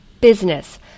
business